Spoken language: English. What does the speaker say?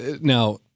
Now